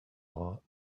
law